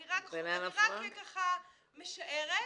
אני רק משערת,